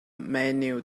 menu